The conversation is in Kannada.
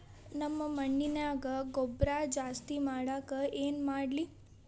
ನಮ್ಮ ಮಣ್ಣಿನ್ಯಾಗ ಗೊಬ್ರಾ ಜಾಸ್ತಿ ಮಾಡಾಕ ಏನ್ ಮಾಡ್ಲಿ?